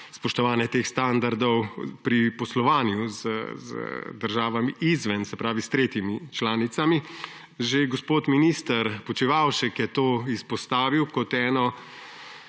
spoštovanje teh standardov pri poslovanju z državami izven, se pravi s tretjimi državami. Že gospod minister Počivalšek je to izpostavil kot eno